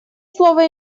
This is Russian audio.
слово